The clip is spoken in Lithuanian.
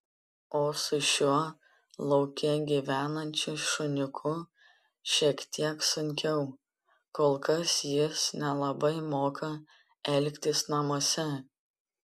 o su šiuo lauke gyvenančiu šuniuku šiek tiek sunkiau kol kas jis nelabai moka elgtis namuose